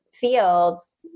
fields